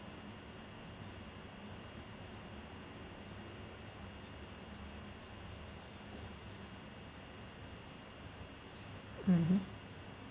um